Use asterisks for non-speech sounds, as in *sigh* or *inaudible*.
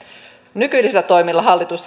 nykyisillä toimilla hallitus *unintelligible*